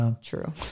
true